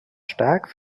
stark